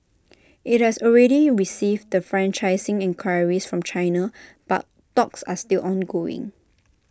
IT has already received the franchising enquiries from China but talks are still ongoing